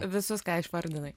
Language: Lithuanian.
visus ką išvardinai